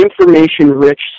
information-rich